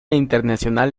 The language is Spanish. internacional